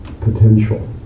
potential